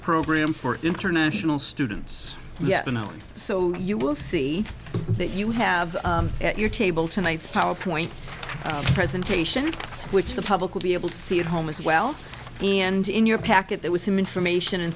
program for international students yet and so you will see that you have at your table tonight's power point presentation which the public will be able to see at home as well and in your package there was some information